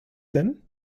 denn